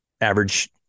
average